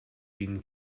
been